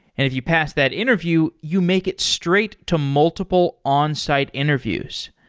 if you pass that interview, you make it straight to multiple onsite interviews.